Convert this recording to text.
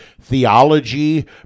theology